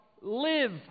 live